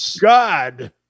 God